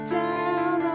down